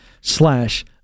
slash